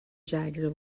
jagger